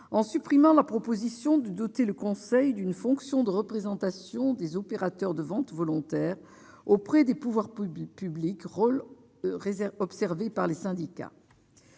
en supprimant la proposition de doter le Conseil d'une fonction de représentation des opérateurs de vente volontaire auprès des pouvoirs publics publics rôle réserve